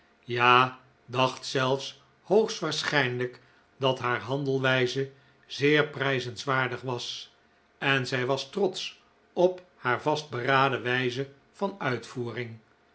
ja dacht zelfs hoogstwaarschijnlijk dat haar handelwijze zeer prijzenswaardig was en zij was trotsch op haar vastberaden wijze van uitvoering